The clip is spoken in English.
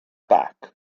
back